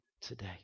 today